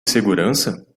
segurança